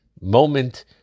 moment